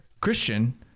Christian